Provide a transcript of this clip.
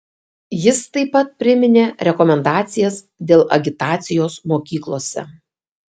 jis taip pat priminė rekomendacijas dėl agitacijos mokyklose